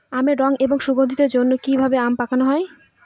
আমের রং এবং সুগন্ধির জন্য কি ভাবে আম পাকানো হয়?